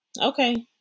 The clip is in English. Okay